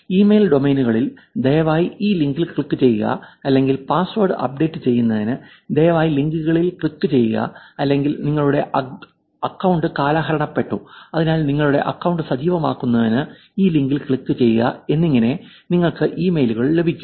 email ഡൊമെയ്നുകളിൽ ദയവായി ഈ ലിങ്കിൽ ക്ലിക്കുചെയ്യുക അല്ലെങ്കിൽ പാസ്വേഡ് അപ്ഡേറ്റുചെയ്യുന്നതിന് ദയവായി ലിങ്കുകളിൽ ക്ലിക്കുചെയ്യുക അല്ലെങ്കിൽ നിങ്ങളുടെ അക്കൌണ്ട് കാലഹരണപ്പെട്ടു അതിനാൽ നിങ്ങളുടെ അക്കൌണ്ട് സജീവമാക്കുന്നതിന് ഈ ലിങ്കിൽ ക്ലിക്കുചെയ്യുക എന്നിങ്ങനെ നിങ്ങൾക്ക് ഇമെയിലുകൾ ലഭിക്കും